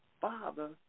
father